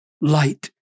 light